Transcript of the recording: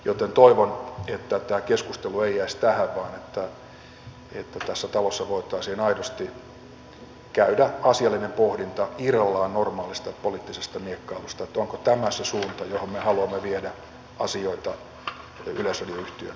joten toivon että tämä keskustelu ei jäisi tähän vaan että tässä talossa voitaisiin aidosti käydä asiallinen pohdinta irrallaan normaalista poliittisesta miekkailusta siitä onko tämä se suunta johon me haluamme viedä asioita yleisradio yhtiön osalta